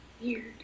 Weird